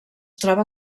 troba